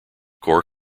core